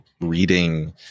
reading